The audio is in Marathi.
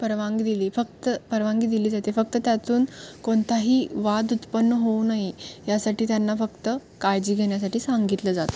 परवानगी दिली फक्त परवानगी दिली जाते फक्त त्यातून कोणताही वाद उत्पन्न होऊ नये यासाठी त्यांना फक्त काळजी घेण्यासाठी सांगितलं जातं